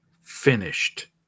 finished